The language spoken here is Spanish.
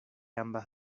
ambas